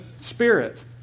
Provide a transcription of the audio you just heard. Spirit